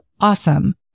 awesome